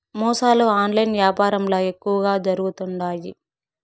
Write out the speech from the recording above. మోసాలు ఆన్లైన్ యాపారంల ఎక్కువగా జరుగుతుండాయి